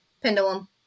pendulum